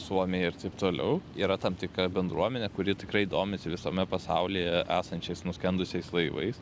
suomiai ir taip toliau yra tam tikra bendruomenė kuri tikrai domisi visame pasaulyje esančiais nuskendusiais laivais